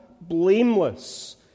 Blameless